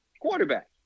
quarterback